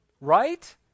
Right